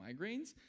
migraines